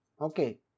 Okay